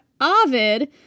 Ovid